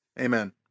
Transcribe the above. Amen